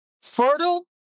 fertile